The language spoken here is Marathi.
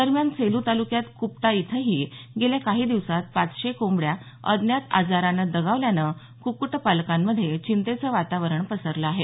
दरम्यान सेलू तालुक्यात कुपटा इथंही गेल्या काही दिवसांत पाचशे कोंबड्या अज्ञात आजाराने दगावल्यानं कुक्कुटपालकांमध्ये चिंतेचं वातावरण पसरलं आहे